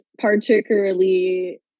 particularly